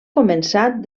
començat